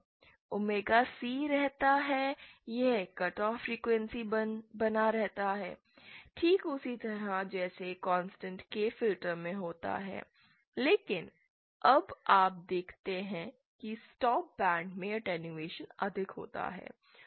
omega C रहता है यह कट ऑफ फ्रीक्वेंसी बना रहता है ठीक उसी तरह जैसे कॉन्स्टेंट K फिल्टर में होता है लेकिन अब आप देखते हैं कि स्टॉप बैंड में अटेंडहुएसन अधिक होता है